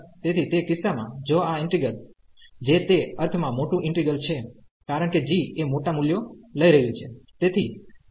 તેથી તે કિસ્સામાં જો આ ઈન્ટિગ્રલ જે તે અર્થમાં મોટું ઈન્ટિગ્રલ છે કારણ કે g એ મોટા મૂલ્યો લઈ રહ્યું છે